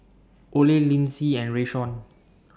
Ole Linzy and Rayshawn